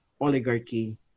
oligarchy